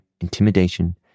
intimidation